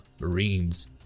marines